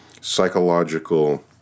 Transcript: psychological